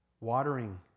Watering